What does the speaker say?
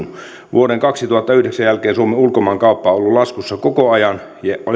vuoden kaksituhattayhdeksän jälkeen suomen ulkomaankauppa on ollut laskussa koko ajan ja